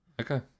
Okay